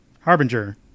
Harbinger